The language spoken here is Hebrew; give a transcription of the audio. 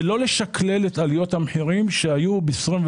לא לשקלל את עליות המחירים שהיו ב-21',